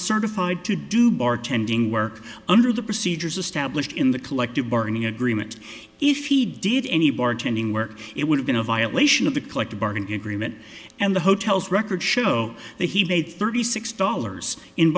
certified to do bartending work under the procedures established in the collective bargaining agreement if he did any bartending work it would have been a violation of the collective bargaining agreement and the hotel's records show that he made thirty six dollars in